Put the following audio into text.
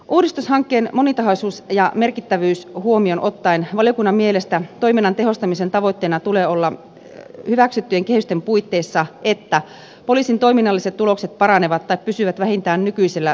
uudistushankkeen monitahoisuus ja merkittävyys huomioon ottaen valiokunnan mielestä toiminnan tehostamisen tavoitteena tulee olla hyväksyttyjen kehysten puitteissa että poliisin toiminnalliset tulokset paranevat tai pysyvät vähintään nykyisellä tasolla